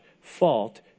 fault